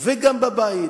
וגם בבית,